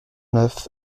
neuf